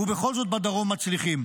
ובכל זאת בדרום מצליחים.